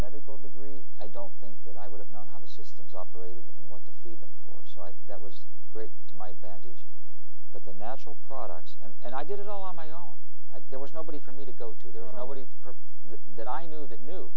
medical degree i don't think that i would have known how the systems operated and what the feed them for so that was great to my advantage but the natural products and i did it all on my own there was nobody for me to go to their own nobody that i knew that knew